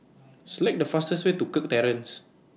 Select The fastest Way to Kirk Terrace